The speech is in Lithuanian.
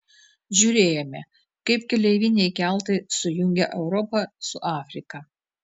žiūrėjome kaip keleiviniai keltai sujungia europą su afrika